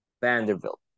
Vanderbilt